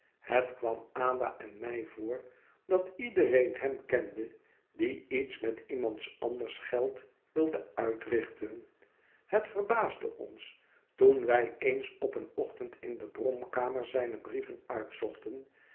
het kwam ada en mij voor dat iedereen hem kende die iets met iemands anders geld wilde uitrichten het verbaasde ons toen wij eens op een ochtend in de bromkamer zijne brieven uitzochten